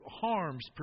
harms